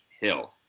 Hill